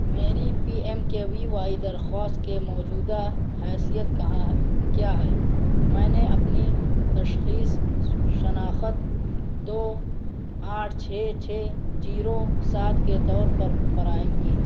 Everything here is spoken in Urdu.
میری P M K V Y درخواست کے موجودہ حیثیت کہاں کیا ہے میں نے اپنی تشخیص شناخت دو آٹھ چھ چھ جیرو سات کے طور پر فراہم کی